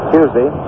Tuesday